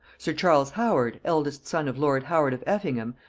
sir charles howard, eldest son of lord howard of effingham,